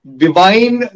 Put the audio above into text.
divine